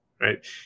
right